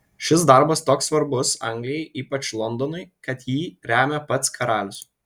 šis darbas toks svarbus anglijai ypač londonui kad jį remia pats karalius